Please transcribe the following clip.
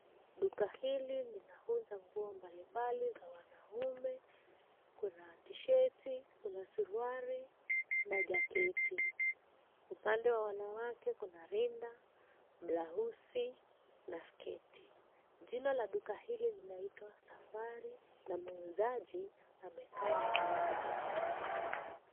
Duka hili linauza nguo mbalimbali za wanaume. Kuna tisheti kuna suruali na jaketi. Upande wa wanawake kuna rinda, blausi na sketi. Jina la duka hili linaitwa Safari na muuzaji amekaa nyuma ya duka hili.